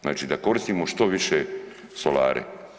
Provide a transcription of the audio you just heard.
Znači da koristimo što više solare.